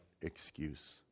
excuse